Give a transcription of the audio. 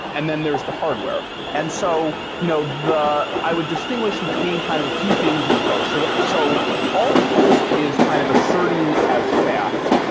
and then there's the hardware and so you know i would distinguish between kind of a few things in the post. so so all the post is kind of asserting as fact,